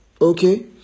Okay